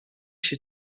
się